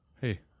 Hey